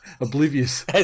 Oblivious